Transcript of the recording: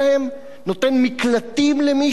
נותן מקלטים למי שאין לו?